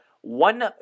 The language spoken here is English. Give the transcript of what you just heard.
one